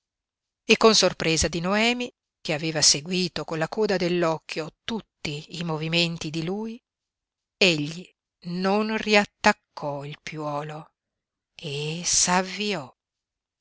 e con sorpresa di noemi che aveva seguito con la coda dell'occhio tutti i movimenti di lui egli non riattaccò il piuolo e